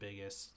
biggest